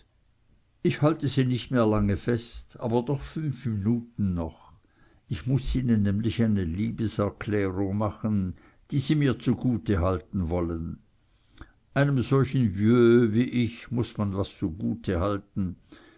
ich halte sie nicht mehr lange fest aber doch fünf minuten noch ich muß ihnen nämlich eine liebeserklärung machen die sie mir zugute halten wollen einem solchen vieux wie ich muß man was zugute halten